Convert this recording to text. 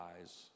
eyes